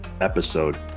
episode